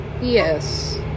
Yes